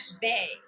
bay